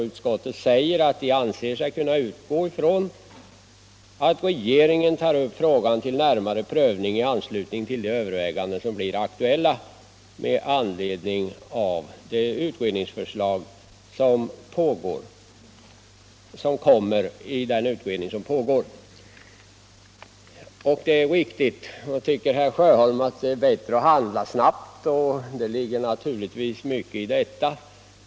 Utskottet anför: ”Utskottet anser sig kunna utgå från att regeringen tar upp frågan till närmare prövning i anslutning till de överväganden som blir aktuella med anledning av utredningens förslag.” Det är riktigt. Herr Sjöholm tycker att det är bättre att handla snabbt. Det ligger naturligtvis mycket i detta.